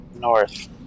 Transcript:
North